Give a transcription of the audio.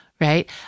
right